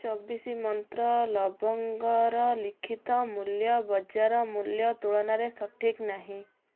ଚବିଶି ମନ୍ତ୍ର ଲବଙ୍ଗର ଲିଖିତ ମୂଲ୍ୟ ବଜାର ମୂଲ୍ୟ ତୁଳନାରେ ସଠିକ୍ ନାହିଁ